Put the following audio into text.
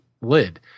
lid